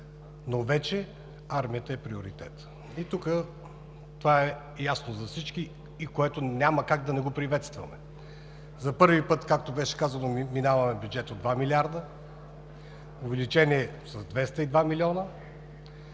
но вече армията е приоритет. И тук това е ясно за всички и няма как да не го приветстваме. За първи път, както беше казано, минаваме бюджет от 2 млрд. лв., увеличение с 202 млн.